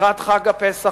לקראת חג הפסח,